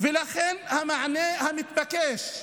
ולכן המענה המתבקש,